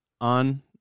on